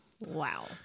Wow